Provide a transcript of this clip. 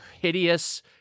hideous